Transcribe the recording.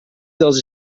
dels